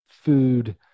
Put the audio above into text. food